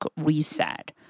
reset